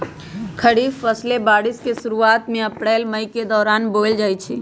खरीफ फसलें बारिश के शुरूवात में अप्रैल मई के दौरान बोयल जाई छई